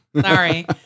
Sorry